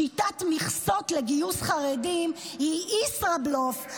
שיטת מכסות לגיוס חרדים היא ישראבלוף,